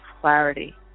clarity